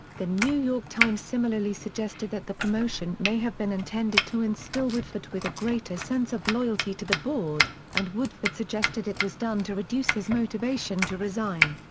the new york times similarly suggested that the promotion may have been intended to instill woodford with a greater sense of loyalty to the board, and woodford suggested it was done to reduce his motivation to resign.